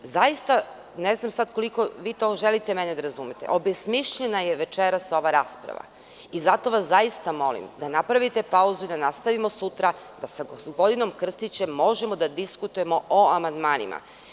Zaista, ne znam sad koliko vi to želite mene da razumete, obesmišljena je večeras ova rasprava i zato vas zaista molim da napravite pauzu i da nastavimo sutra, da sa gospodinom Krstićem možemo da diskutujemo o amandmanima.